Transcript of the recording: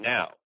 Now